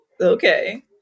okay